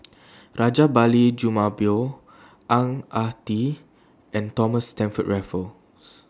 Rajabali Jumabhoy Ang Ah Tee and Thomas Stamford Raffles